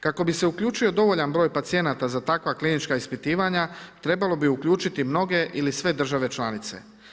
Kako bi se uključio dovoljan broj pacijenata za takva klinička ispitivanja trebalo bi uključiti mnoge ili sve države članice.